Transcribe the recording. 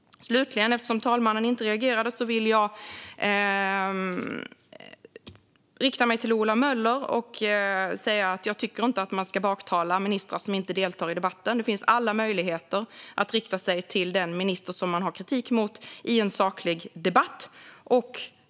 Slutligen vill jag, eftersom talmannen inte reagerade, rikta mig till Ola Möller och säga att jag inte tycker att man ska baktala ministrar som inte deltar i debatten. Det finns alla möjligheter att rikta sig till den minister man har kritik mot i en saklig debatt.